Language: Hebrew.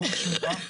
חוק השמירה,